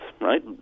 right